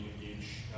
engage